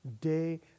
day